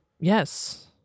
Yes